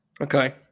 Okay